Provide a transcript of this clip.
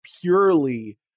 purely